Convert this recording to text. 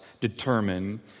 determine